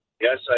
Yes